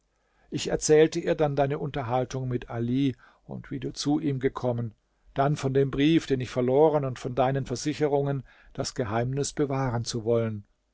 ich erzählte ihr dann deine unterhaltung mit ali und wie du zu ihm gekommen dann von dem brief den ich verloren und von deinen versicherungen das geheimnis bewahren zu wollen